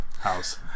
house